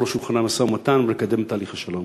לשולחן המשא-ומתן ולקדם את תהליך השלום.